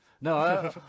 No